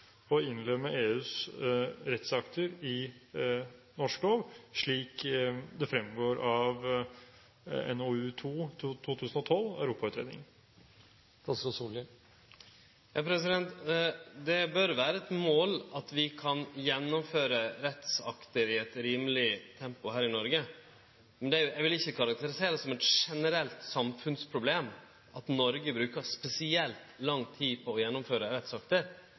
å innlemme EUs rettsakter i norsk lov, slik det fremgår av NOU 2012 :2, Europautredningen? Det bør vere eit mål at vi kan gjennomføre rettsakter i eit rimeleg tempo her i Noreg. Eg vil ikkje karakterisere det som eit generelt samfunnsproblem at Noreg brukar spesielt lang tid på å gjennomføre rettsakter.